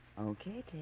Okay